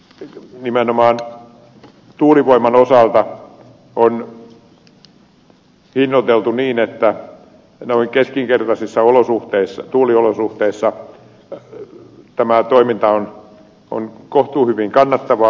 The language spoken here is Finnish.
syöttötariffijärjestelmä nimenomaan tuulivoiman osalta on hinnoiteltu niin että keskinkertaisissa tuuliolosuhteissa toiminta on kohtuuhyvin kannattavaa